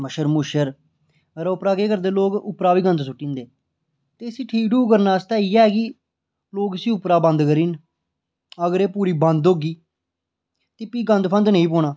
नै मच्छर मुच्छर और उप्परा केह् करदे लोग उप्परा बी गंद सु'ट्टी जंदे ते इसी ठीक ठुक करने आस्तै इ'यै ऐ कि लोग इसी उप्परा बंद करी उड़न अगर एह् पूरी बंद होगी फ्ही गंद फंद नी पौना